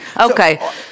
Okay